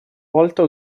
volta